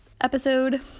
episode